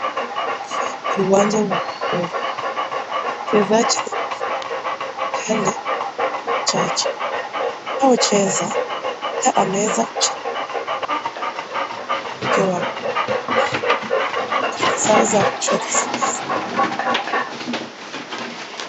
Hii ni uwanja wa kucheza. Kuna wachezaji na mashabiki ni wachache. Wanao cheza, mmoja ameza kushikilia mpira na mkono wake wa kulia. Mikono zao za kushoto zimeza.